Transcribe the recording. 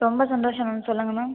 ரொம்ப சந்தோஷம் மேம் சொல்லுங்கள் மேம்